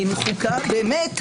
הוועדה.